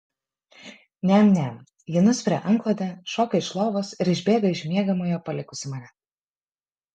niam niam ji nuspiria antklodę šoka iš lovos ir išbėga iš miegamojo palikusi mane